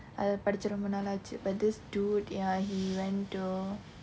அது படிச்சு ரொம்ப நாள் ஆச்சு:athu padichu romba naal aachu but this dude ya he went to